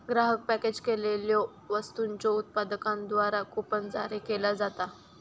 ग्राहक पॅकेज केलेल्यो वस्तूंच्यो उत्पादकांद्वारा कूपन जारी केला जाता